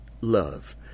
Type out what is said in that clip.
love